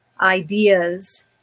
ideas